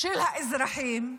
של האזרחים,